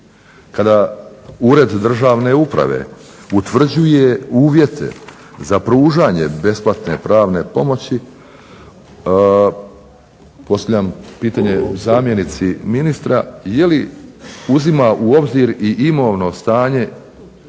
Kada Ured državne uprave utvrđuje uvjete za pružanje besplatne pravne pomoći postavljam pitanje zamjenici ministra je li uzima u obzir i imovno stanje